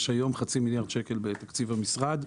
יש היום חצי מיליארד שקל בתקציב המשרד,